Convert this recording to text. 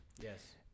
yes